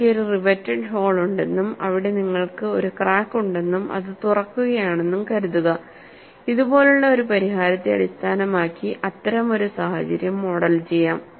എനിക്ക് ഒരു riveted hole ഉണ്ടെന്നും അവിടെ നിങ്ങൾക്ക് ഒരു ക്രാക്ക് ഉണ്ടെന്നും അത് തുറക്കുകയാണെന്നും കരുതുക ഇതുപോലുള്ള ഒരു പരിഹാരത്തെ അടിസ്ഥാനമാക്കി അത്തരം ഒരു സാഹചര്യം മോഡൽ ചെയ്യാം